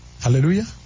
Hallelujah